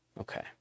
Okay